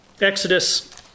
Exodus